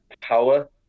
power